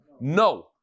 No